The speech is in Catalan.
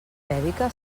vèdica